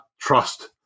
trust